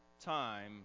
time